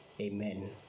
amen